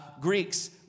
Greeks